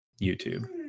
youtube